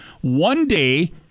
one-day